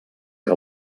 que